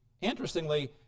Interestingly